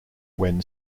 when